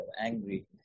angry